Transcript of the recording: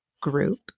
group